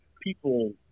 people